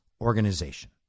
organization